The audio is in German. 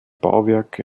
bauwerke